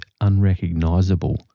unrecognizable